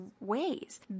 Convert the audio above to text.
ways